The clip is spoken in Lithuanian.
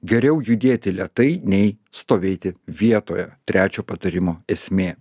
geriau judėti lėtai nei stovėti vietoje trečio patarimo esmė